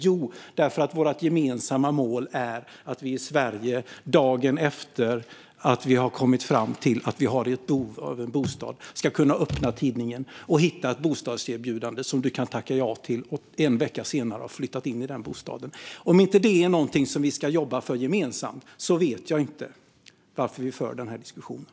Jo, för att vårt gemensamma mål är att man i Sverige dagen efter att man har kommit fram till att man har ett behov av en bostad ska kunna öppna tidningen och hitta ett bostadserbjudande som man kan tacka ja till och en vecka senare ha flyttat in i bostaden. Om detta inte är något vi gemensamt ska jobba för vet jag inte varför vi för denna diskussion.